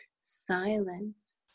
silence